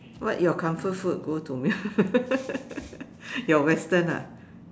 what your comfort food go to meal your western ah